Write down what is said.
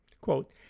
quote